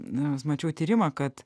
nors mačiau tyrimą kad